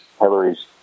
Hillary's